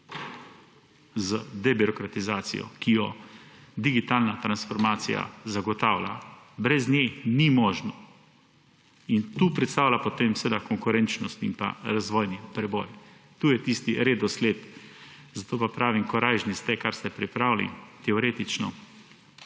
z debirokratizacijo, ki jo digitalna transformacija zagotavlja. Brez nje ni možno. In to predstavlja potem seveda konkurenčnost in pa razvojni preboj. Tu je tisti redosled, zato pa pravim, korajžni ste, kar ste teoretično